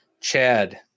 Chad